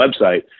website